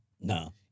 No